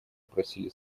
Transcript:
просили